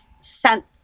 sent